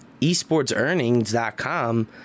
esportsearnings.com